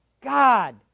God